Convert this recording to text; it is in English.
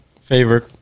Favorite